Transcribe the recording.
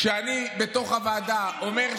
כשאני בתוך הוועדה, הכי גרועה.